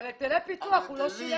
היטלי פיתוח הוא לא שילם.